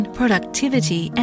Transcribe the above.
productivity